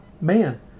man